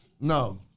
No